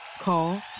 Call